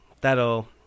that'll